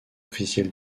officiel